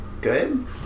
good